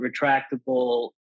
retractable